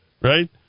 Right